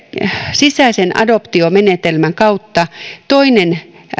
sisäisen adoptiomenetelmän kautta toinen